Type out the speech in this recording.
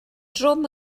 drwm